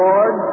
Lord